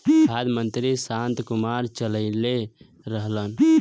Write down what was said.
खाद्य मंत्री शांता कुमार चललइले रहलन